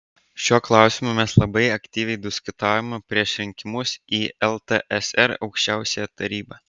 šiuo klausimu mes labai aktyviai diskutavome prieš pat rinkimus į ltsr aukščiausiąją tarybą